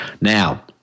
now